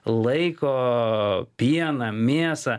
laiko pieną mėsą